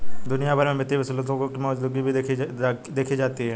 दुनिया भर में वित्तीय विश्लेषकों की मौजूदगी भी देखी जाती है